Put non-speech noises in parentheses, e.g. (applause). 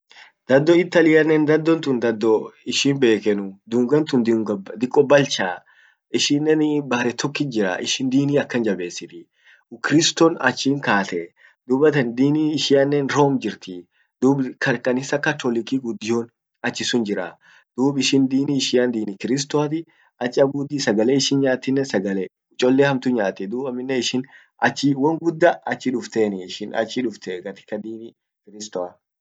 Dhadho Italy enan dhado tun dhado ishi bekenuu, dungantun dunga diko balcha. Ishinen (hesitation) bare tokkit jiraa, ishin dini akan jabesitii. Kriston achin kaate dubatan dini ishianen wrong jirti, dub kanisa catholic kin guddion acchisun jiraa, dub ishin dini ishian kristoati, ach abbudi, sagale ishin nyaatinen sagale cchole hamtu nyaati .dub amminen ishin achi won gudda achi duftenii, achi dufte katika dini kristoa.